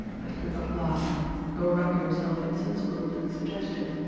but he could not laugh nor render himself insensible to the suggestion.